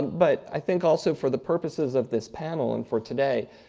um but, i think also, for the purposes of this panel and for today,